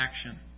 action